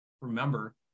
remember